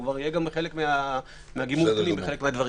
הוא יהיה חלק מגימור הפנים.